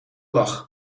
lach